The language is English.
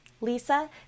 Lisa